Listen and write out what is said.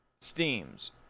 Steams